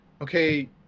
okay